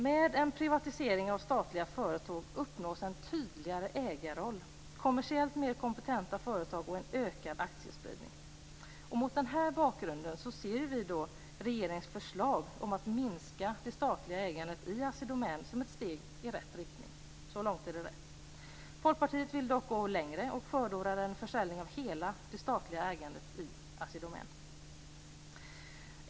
Med en privatisering av statliga företag uppnås en tydligare ägarroll, kommersiellt mer kompetenta företag och en ökad aktiespridning. Mot denna bakgrund ser vi regeringens förslag om att minska det statliga ägandet i Assi Domän som ett steg i rätt riktning. Så långt är det rätt. Folkpartiet vill dock gå längre och förordar en försäljning av hela det statliga ägandet i Assi Domän.